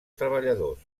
treballadors